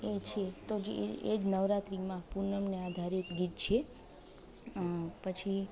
એ છે તો એ જ નવરાત્રીમાં પૂનમને આધારિત ગીત છે પછી